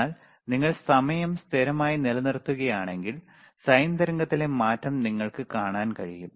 എന്നാൽ നിങ്ങൾ സമയം സ്ഥിരമായി നിലനിർത്തുകയാണെങ്കിൽ സൈൻ തരംഗത്തിലെ മാറ്റം നിങ്ങൾക്ക് കാണാൻ കഴിയും